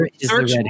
search